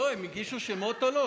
לא, הם הגישו שמות או לא?